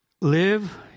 Live